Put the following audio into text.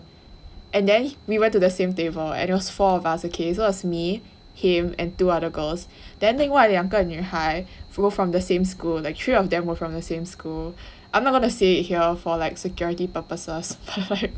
and then we went to the same table and there was four of us okay was me him and two other girls then 另外两个女孩 were from the same school the three of them were from the same school I'm not going to say here for like security purposes